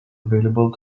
available